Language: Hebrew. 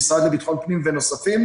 המשרד לביטחון הפנים ונוספים,